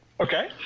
Okay